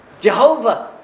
Jehovah